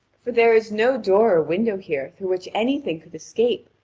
for there is no door or window here through which anything could escape,